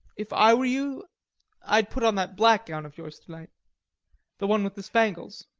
if i were you i'd put on that black gown of yours to-night the one with the spangles